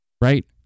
right